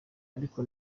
ariko